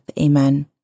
Amen